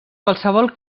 qualsevol